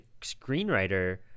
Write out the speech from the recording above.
screenwriter